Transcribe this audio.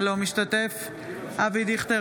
אינו משתתף בהצבעה אבי דיכטר,